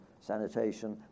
sanitation